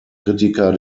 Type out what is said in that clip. kritiker